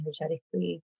energetically